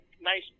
nice